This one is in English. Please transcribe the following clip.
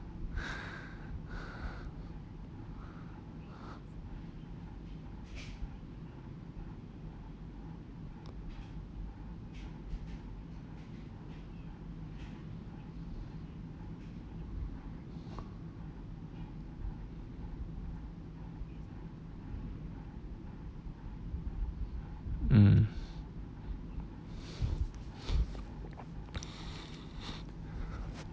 mm